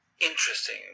interesting